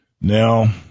Now